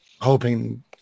hoping